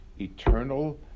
eternal